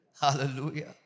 Hallelujah